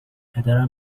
پدرم